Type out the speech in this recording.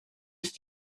ist